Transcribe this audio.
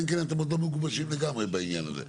אלא אם כן אתם מגובשים לגמרי בעניין הזה.